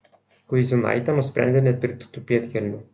kuizinaitė nusprendė nepirkti tų pėdkelnių